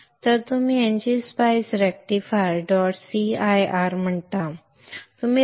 तर तुम्ही ngSpice rectifier dot cir म्हणता